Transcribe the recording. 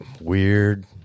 weird